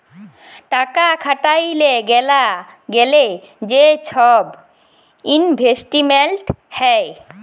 টাকা খাটাইতে গ্যালে যে ছব ইলভেস্টমেল্ট হ্যয়